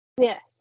yes